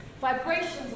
Vibrations